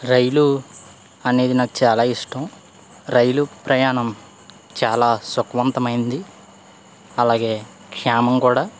రైలు అనేది నాకు చాలా ఇష్టం రైలు ప్రయాణం చాలా సుఖవంతమైనది అలాగే క్షేమం కూడా